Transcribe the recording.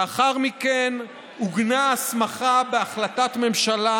לאחר מכן עוגנה ההסמכה בהחלטת ממשלה